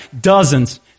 Dozens